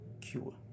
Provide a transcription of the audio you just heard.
cure